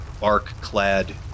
bark-clad